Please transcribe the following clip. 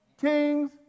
king's